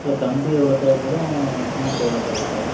இல்லை கம்பு எவ்வளோ தேவைப்படும் சிமெண்ட் எவ்வளோ தேவைப்படும்